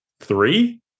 three